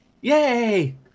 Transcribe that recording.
Yay